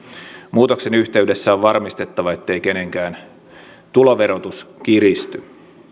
muutoksen yhteydessä on varmistettava ettei kenenkään tuloverotus kiristy